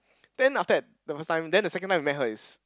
then after that the first time then the second time I met her is